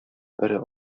өрә